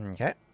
Okay